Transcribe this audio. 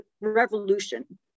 revolution